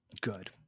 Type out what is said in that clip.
good